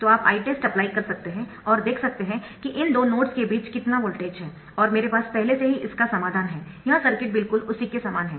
तो आप Itest apply कर सकते है और देख सकते है कि इन दो नोड्स के बीच कितना वोल्टेज है और मेरे पास पहले से ही इसका समाधान है यह सर्किट बिल्कुल उसी के समान है